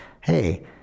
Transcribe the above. hey